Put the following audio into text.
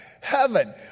heaven